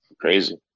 Crazy